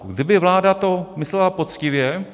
Kdyby vláda to myslela poctivě...